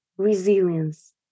resilience